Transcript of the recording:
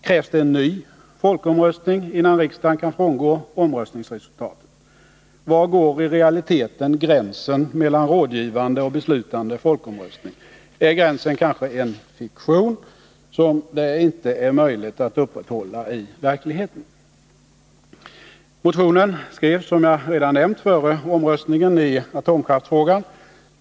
Krävs det en ny folkomröstning innan Onsdagen den riksdagen kan frångå omröstningsresultatet? Var går i realiteten gränsen 19 november 1980 mellan rådgivande och beslutande folkomröstning? Är gränsen kanske bara en fiktion som det inte är möjligt att upprätthålla i verkligheten? Motionen skrevs, som jag redan nämnt, före omröstningen i atomkraftsfrågan.